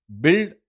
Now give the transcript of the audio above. build